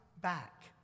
back